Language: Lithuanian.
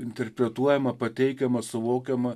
interpretuojama pateikiama suvokiama